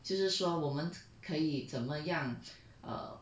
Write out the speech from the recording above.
就是说我们可以怎么样 err